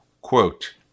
Quote